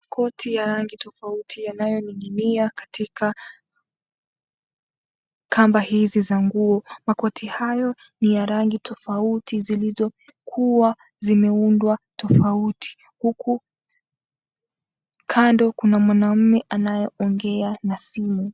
Koti ya rangi tofauti yanayoning'inia katika kamba hizi za nguo. Makoti hayo ni ya rangi tofauti zilizokuwa zimeundwa tofauti huku kando kuna mwanaume anayeongea na simu.